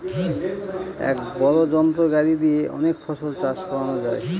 এক বড় যন্ত্র গাড়ি দিয়ে অনেক ফসল চাষ করানো যায়